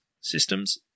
systems